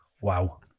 wow